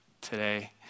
today